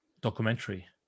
documentary